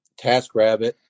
TaskRabbit